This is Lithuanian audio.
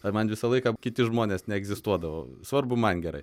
ir man visą laiką kiti žmonės neegzistuodavo svarbu man gerai